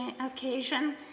occasion